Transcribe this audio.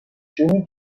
jimmy